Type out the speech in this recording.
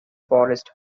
forest